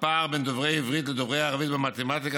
הפער בין דוברי עברית לדוברי ערבית במתמטיקה